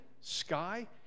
sky